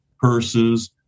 purses